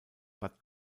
bad